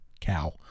cow